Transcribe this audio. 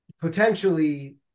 potentially